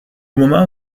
moment